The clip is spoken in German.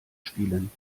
spielen